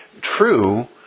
true